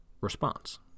response